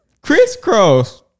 Crisscross